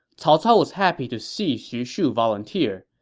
cao cao was happy to see xu shu volunteer.